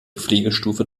pflegestufe